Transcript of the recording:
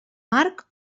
marc